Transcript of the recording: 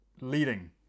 leading